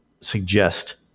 suggest